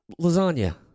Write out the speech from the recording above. lasagna